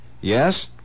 Yes